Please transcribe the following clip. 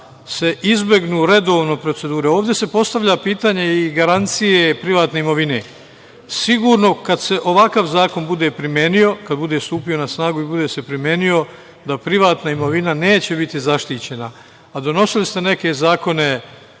se izbegnu redovne procedure? Ovde se postavlja pitanje i garancije privatne imovine. Sigurno, kad se ovakav zakon bude primenio, kad bude stupio na snagu i bude se primenio, da privatna imovina neće biti zaštićena. A donosili ste neke zakone